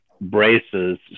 braces